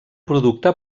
producte